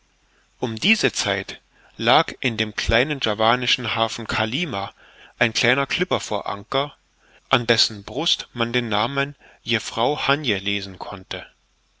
um diese zeit lag in dem kleinen javanischen hafen kalima ein kleiner klipper vor anker an dessen brust man den namen jeffrouw hannje lesen konnte